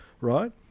right